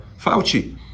Fauci